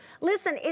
Listen